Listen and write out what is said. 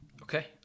Okay